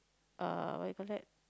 uh what you call that